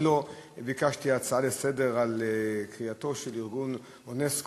אני לא ביקשתי הצעה לסדר-היום על קריאתו של ארגון אונסק"ו